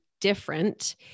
different